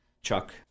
Chuck